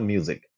Music